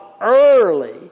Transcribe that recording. early